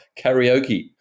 karaoke